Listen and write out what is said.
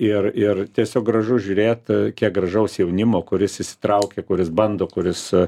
ir ir tiesiog gražu žiūrėt kiek gražaus jaunimo kuris įsitraukė kuris bando kuris